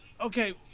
Okay